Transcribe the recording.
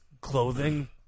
clothing